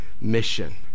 mission